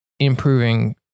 Improving